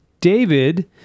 David